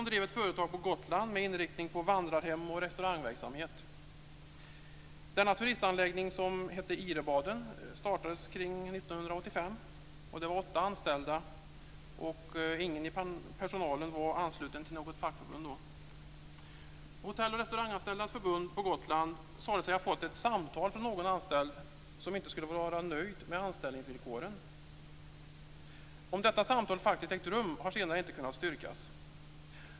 Denna turistanläggning, som hette Ihrebaden, startades kring 1985. Det var åtta anställda. Ingen i personalen var ansluten till något fackförbund. Gotland sade sig ha fått ett samtal från någon anställd som inte skulle vara nöjd med anställningsvillkoren. Om detta samtal faktiskt ägt rum har senare inte kunnat styrkas.